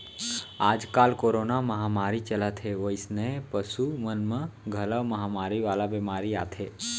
आजकाल कोरोना महामारी चलत हे वइसने पसु मन म घलौ महामारी वाला बेमारी आथे